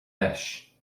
leis